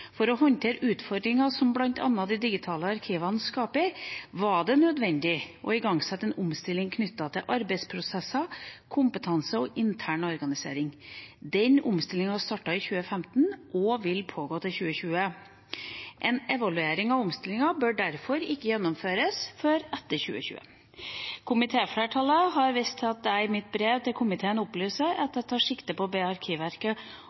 For å håndtere utfordringer som bl.a. de digitale arkivene skaper, var det nødvendig å igangsette en omstilling knyttet til arbeidsprosesser, kompetanse og intern organisering. Den omstillingen startet i 2015 og vil pågå til 2020. En evaluering av omstillingen bør derfor ikke gjennomføres før etter 2020. Komitéflertallet har vist til at jeg i mitt brev til komiteen opplyser at jeg tar sikte på å